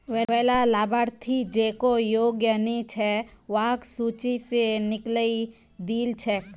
वैला लाभार्थि जेको योग्य नइ छ वहाक सूची स निकलइ दिल छेक